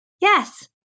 Yes